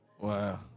Wow